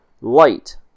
Light